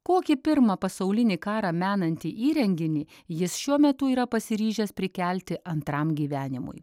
kokį pirmą pasaulinį karą menantį įrenginį jis šiuo metu yra pasiryžęs prikelti antram gyvenimui